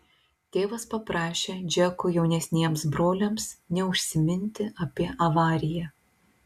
tėvas paprašė džeko jaunesniems broliams neužsiminti apie avariją